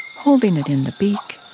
holding it in the beak,